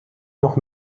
noch